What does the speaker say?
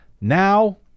Now